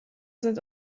sind